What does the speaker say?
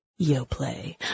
YoPlay